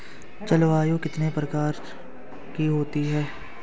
जलवायु कितने प्रकार की होती हैं?